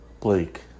Blake